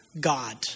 God